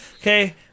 okay